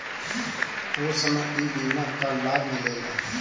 ऊ समय ई बीमा कअ लाभ मिलेला